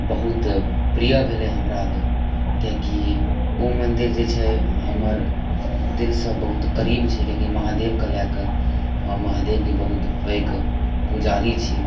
बहुत प्रिय भेलै हमरा लए किएकि ओ मन्दिर जे छै हमर दिलके बहुत करीब छै किएकि महदेवके लऽ के हम महादेवके बहुत पैघ पुजारी छी